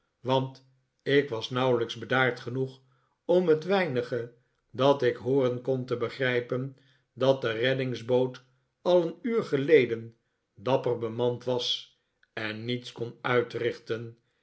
want ik was nauwelijks bedaard genoeg om het weinige dat ik hooren kon te begrijpen dat de reddingsboot al een uur geleden dapper bemand was en niets kon uitrichten